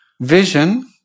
vision